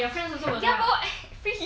ya but what freak you